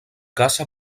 caça